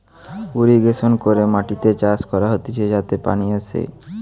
irrigation করে মাটিতে চাষ করা হতিছে যাতে পানি আসে